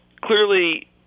clearly